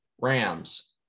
Rams